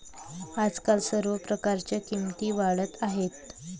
आजकाल सर्व प्रकारच्या किमती वाढत आहेत